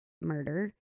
murder